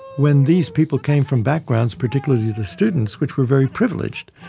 when these people came from backgrounds, particularly the students, which were very privileged?